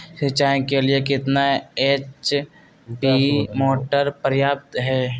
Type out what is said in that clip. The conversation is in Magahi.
सिंचाई के लिए कितना एच.पी मोटर पर्याप्त है?